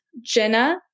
Jenna